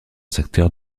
secteur